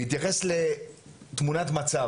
בהתייחס לתמונת מצב,